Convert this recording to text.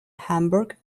hamburg